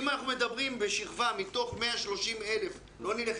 אם אנחנו מדברים על מתוך 130,000 בשכבה לא נלך